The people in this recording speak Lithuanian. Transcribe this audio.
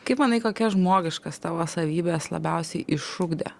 kaip manai kokias žmogiškas tavo savybes labiausiai išugdė